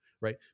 right